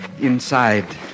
Inside